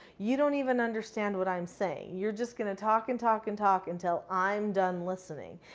you don't even understand what i'm saying. you're just gonna talk and talk and talk until i'm done listening.